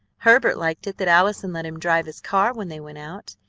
herbert liked it that allison let him drive his car when they went out.